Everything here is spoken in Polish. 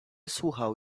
słuchał